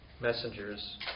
messengers